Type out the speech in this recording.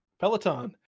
Peloton